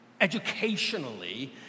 educationally